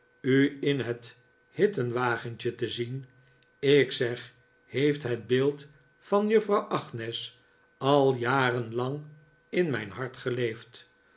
u in het hittenwagentje te zien ik zeg heeft het beeld van juffrouw agnes al jaren lang in mijn hart geleefd